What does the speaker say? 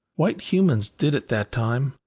white humans did it that time.